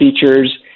features